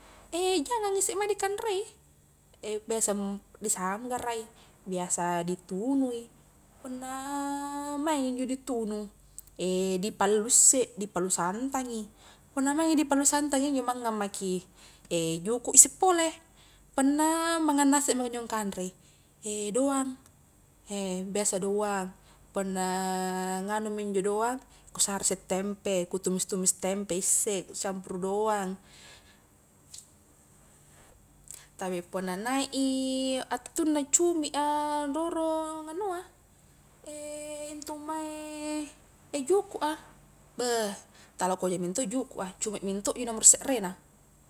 jangang isse mae di kanrei, biasa di sanggara i, biasa di tunui, punna maing injo di tunu, di pallu isse di pallu santangi, punna maingi di pallu santang, injo mangngang maki, juku' isse pole, punna mangang nase maki injo kanre i, doang biasa doang, punna nganu mi injo doang, ku sare isse tempe, ku tumis-tumis tempe isse, ku campuru doang, tapi punna naik i, attunna cumi a rurung anua, intu mae juku' a, beh tala ku hoja mento i juku' a, cumi mento ji nomor sekre na.